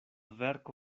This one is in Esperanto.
verko